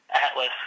Atlas